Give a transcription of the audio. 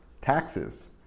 Taxes